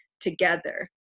together